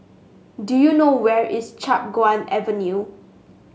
do you know where is Chiap Guan Avenue